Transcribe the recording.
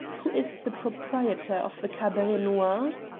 who is the proprietor of the cabaret noir?